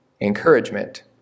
encouragement